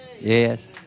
Yes